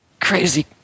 crazy